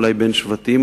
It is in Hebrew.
אולי בין שבטים,